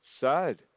sad